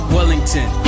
Wellington